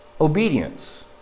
obedience